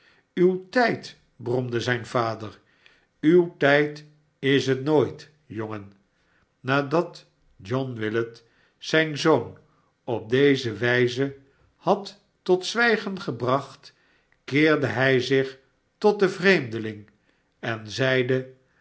uw tijd bromde zijn vader uw tijd is het nooit jongen nadat john willet zijn zoon op deze wijze had tot zwijgen gebracht keerde hij zich tot den vreemdeling en zeide